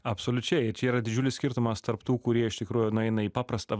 absoliučiai čia yra didžiulis skirtumas tarp tų kurie iš tikrųjų nueina į paprastą